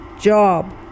Job